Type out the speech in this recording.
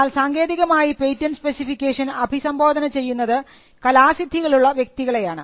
എന്നാൽ സാങ്കേതികമായി patent specification അഭിസംബോധന ചെയ്യുന്നത് കലാ സിദ്ധികളുള്ള വ്യക്തികളെയാണ്